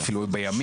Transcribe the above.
זה אפילו בימים.